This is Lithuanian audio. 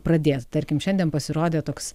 pradėt tarkim šiandien pasirodė toks